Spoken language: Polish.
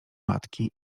matki